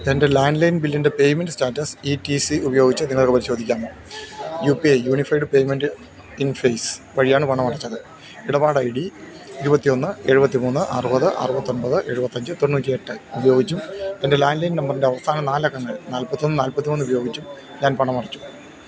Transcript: എൻ്റെ landline ബില്ലിൻ്റെ payment status E T C ഉപയോഗിച്ച് നിങ്ങൾക്ക് പരിശോധിക്കാമോ U P I unified payment interface വഴിയാണ് പണമടച്ചത് ഇടപാട് ഐ ഡി ഇരുപത്തിയൊന്ന് എഴുപത്തിമൂന്ന് അറുപത് അറുപത്തൊമ്പത് എഴുപത്തഞ്ച് തൊണ്ണൂറ്റിയെട്ട് ഉപയോഗിച്ചും എൻ്റെ ലാന്ഡ് ലൈന് നമ്പറിന്റെ അവസാന നാല് അക്കങ്ങൾ നാല്പത്തൊന്ന് നാല്പത്തിമൂന്ന് ഉപയോഗിച്ചും ഞാൻ പണമടച്ചു